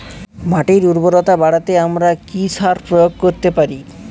মাটির উর্বরতা বাড়াতে আমরা কি সার প্রয়োগ করতে পারি?